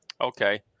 okay